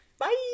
Bye